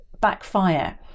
backfire